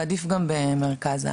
ועדיף גם במרכז הארץ.